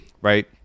right